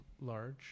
large